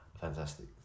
fantastic